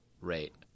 rate